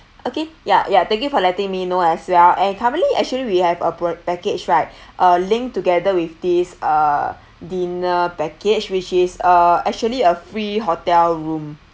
okay ya ya thank you for letting me know as well and currently actually we have a package right uh linked together with this uh dinner package which is uh actually a free hotel room